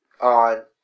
on